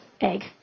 egg